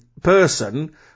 person